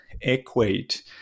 equate